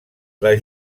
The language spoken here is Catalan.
les